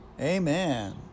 Amen